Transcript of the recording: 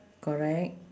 correct